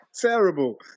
Terrible